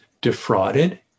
defrauded